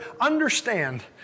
Understand